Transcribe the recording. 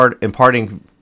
imparting